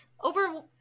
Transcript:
over